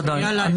בוודאי.